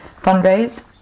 fundraise